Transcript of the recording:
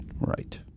Right